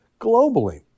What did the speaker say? globally